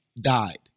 died